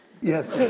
Yes